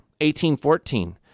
1814